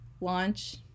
launch